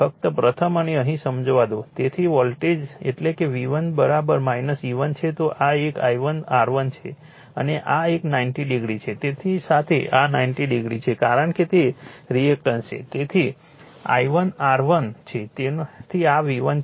તેથી એટલે કે V1 E1 છે તો આ એક I1 R1 છે અને આ એક 90 ડિગ્રી છે તેની સાથે આ 90 ડિગ્રી છે કારણ કે તે રિએક્ટન્સ છે તેથી I1 R1 છે તેથી આ V1 છે